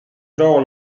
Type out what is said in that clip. trova